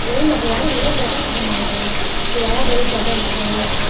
नहीं महंगाई है ना ज़्यादा कहाँ मांग रहे हैं किराया बहुत ज़्यादा बढ़ गया है